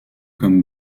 comme